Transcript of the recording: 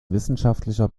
wissenschaftlicher